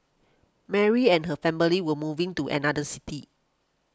Mary and her family were moving to another city